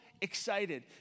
excited